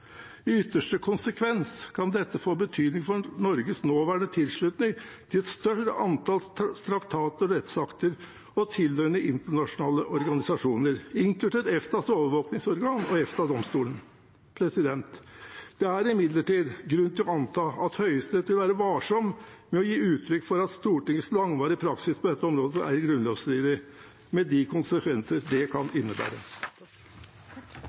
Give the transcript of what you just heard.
ytterste konsekvens kan dette få betydning for Norges nåværende tilslutning til et større antall traktater/rettsakter og tilhørende internasjonale organisasjoner, inkludert EFTAs overvåkningsorgan og EFTA-domstolen.» Det er imidlertid grunn til å anta at Høyesterett vil være varsom med å gi uttrykk for at Stortingets langvarige praksis på dette området er grunnlovsstridig, med de konsekvenser det